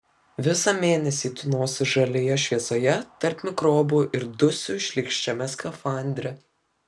visą mėnesį tūnosiu žalioje šviesoje tarp mikrobų ir dusiu šlykščiame skafandre